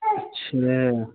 अच्छा